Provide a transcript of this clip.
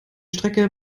strecke